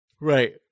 Right